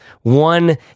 one